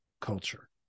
culture